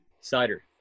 Cider